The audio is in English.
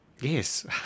Yes